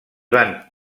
van